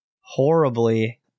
horribly